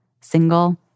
single